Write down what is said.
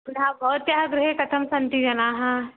पुनः भवत्याः गृहे कथं सन्ति जनाः